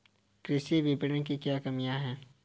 कृषि विपणन की क्या कमियाँ हैं?